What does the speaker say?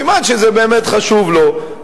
סימן שזה באמת חשוב לו,